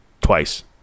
twice